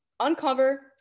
Uncover